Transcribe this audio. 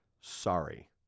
Sorry